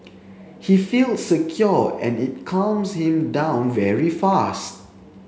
he feels secure and it calms him down very fast